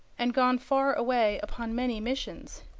and gone far away upon many missions.